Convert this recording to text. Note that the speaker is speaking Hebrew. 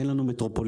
אין לנו מטרופולין,